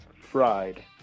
Fried